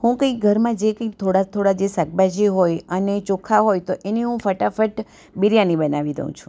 હું કંઈક ઘરમાં જે થોડાક થોડાક જે શાકભાજીઓ હોય અને ચોખા હોય તો એની હું ફટાફટ બિરયાની બનાવી દઉં છું